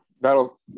That'll